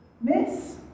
Miss